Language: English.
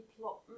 plot